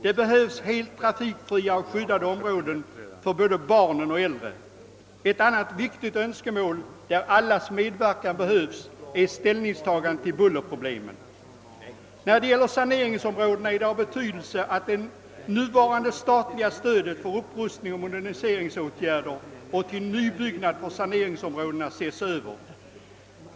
Det behövs helt trafikfria och skyddade områden för både barn och äldre. Ett annat viktigt önskemål, där allas medverkan behövs, är ställningstagandet till bullerproblemen. När det gäller saneringsområdena är det av vikt att det nuvarande statliga stödet för upprustningsoch moderniseringsåtgärder och till nybyggnad ses över.